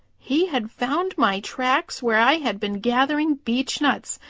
he had found my tracks where i had been gathering beechnuts,